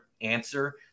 answer